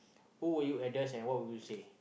who would you address and what would you say